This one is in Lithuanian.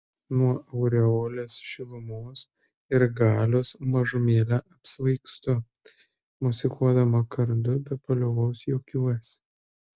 nuo aureolės šilumos ir galios mažumėlę apsvaigstu mosikuodama kardu be paliovos juokiuosi